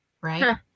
right